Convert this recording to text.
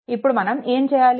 ఇప్పుడు మనం ఏం చేయాలి